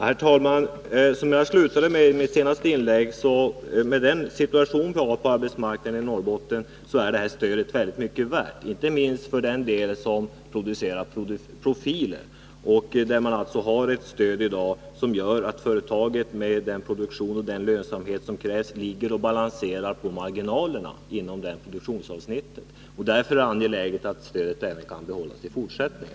Herr talman! Som jag sade i slutet av mitt senaste inlägg är detta stöd, med den situation som vi har på arbetsmarknaden i Norrbotten, mycket värt. Detta gäller inte minst de företag som producerar profiler. Med den lönsamhet som krävs balanserar de redan på marginalerna. Där har man i dag transportstöd, och det är angeläget att det stödet kan behållas i fortsättningen.